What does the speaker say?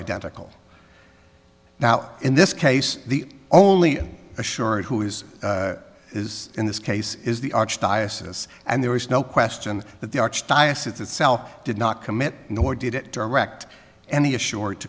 identical now in this case the only sure of who is is in this case is the archdiocese and there is no question that the archdiocese itself did not commit nor did it direct any a